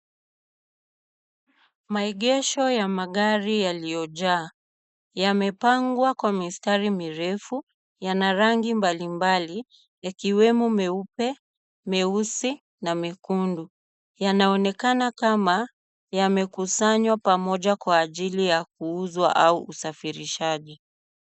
Maegesho ya magari yaliyojaa, yamepangwa kwa mistari mirefu yana rangi mbalimbali ikiwemo meupe, meusi na mekundu. Yanaonekana Kama yamekusanywa pamoja kwa ajili ya kuuza au usafirishaji.